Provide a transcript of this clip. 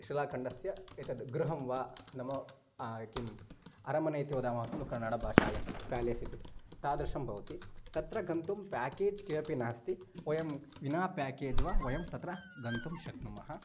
शिलाखण्डस्य एतद् गृहं वा नाम किम् अरमने इति वदामः खलु कन्नडभाषायां प्यालेस् इति तादृशं भवति तत्र गन्तुं प्याकेज् किमपि नास्ति वयं विना प्याकेज् वा वयं तत्र गन्तुं शक्नुमः